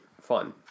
fun